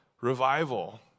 revival